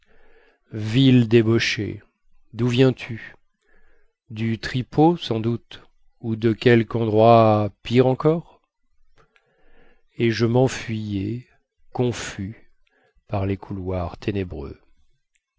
vil débauché doù viens-tu du tripot sans doute ou de quelque endroit pire encore et je menfuyais confus par les couloirs ténébreux